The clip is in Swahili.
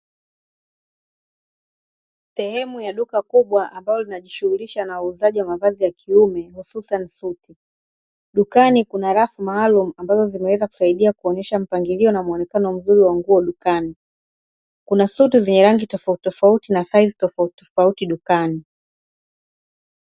Sehemu ya duka kubwa ambalo linalojishughulisha na uuzaji wa mavazi ya kiume hususani suti. Dukani kuna rafu maalumu ambazo zimeweza kusaidia kuonesha mpangilio na muonekano mzuri wa nguo dukani. Kuna suti zenye rangi tofautitofauti na saizi tofautitofauti dukani.